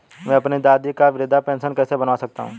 मैं अपनी दादी की वृद्ध पेंशन कैसे बनवा सकता हूँ?